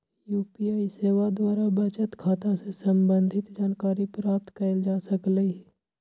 UPI सेवा द्वारा बचत खता से संबंधित जानकारी प्राप्त कएल जा सकहइ